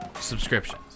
subscriptions